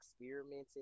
experimenting